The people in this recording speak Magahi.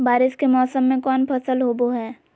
बारिस के मौसम में कौन फसल होबो हाय?